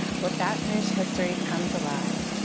where baton rouge history comes alive.